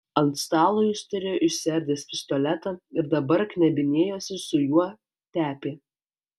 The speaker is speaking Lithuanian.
ant stalo jis turėjo išsiardęs pistoletą ir dabar knebinėjosi su juo tepė